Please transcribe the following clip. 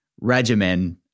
regimen